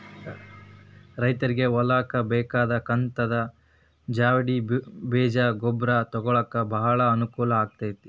ರೈತ್ರಗೆ ಹೊಲ್ಕ ಬೇಕಾದ ಕಂತದ ಜ್ವಾಡ್ಣಿ ಬೇಜ ಗೊಬ್ರಾ ತೊಗೊಳಾಕ ಬಾಳ ಅನಕೂಲ ಅಕೈತಿ